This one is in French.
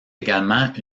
également